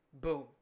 Boom